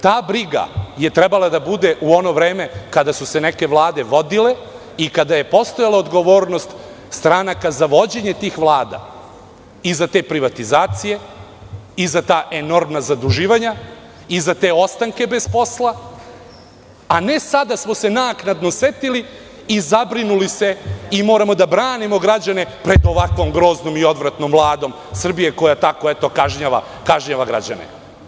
Ta briga je trebala da bude u ono vreme kada su se neke vlade vodile, i kada je postojala odgovornost stranaka za vođenje tih vlada i za te privatizacije, i za ta enormna zaduživanja, i za te ostanke bez posla, a ne sada smo se naknadno setili i zabrinuli se i moramo da branimo građane pred ovakvom groznom i odvratnom Vladom Srbije, koja eto tako kažnjava građane.